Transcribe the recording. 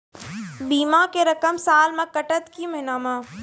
बीमा के रकम साल मे कटत कि महीना मे?